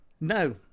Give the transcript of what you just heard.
No